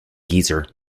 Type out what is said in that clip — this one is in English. geezer